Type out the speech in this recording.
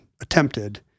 attempted